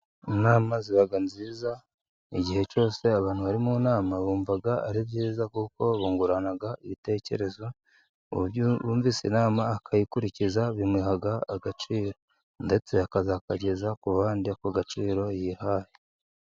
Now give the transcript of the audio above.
Inama ziba nziza, igihe cyose abantu bari mu nama bumva ari byiza kuko bungurana ibitekerezo, ku buryo uwumvise inama akayikurikiza bimuha agaciro. Ndetse akazakageza ku bandi ako gaciro yihaye.